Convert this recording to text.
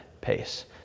pace